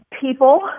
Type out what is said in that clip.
people